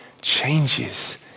changes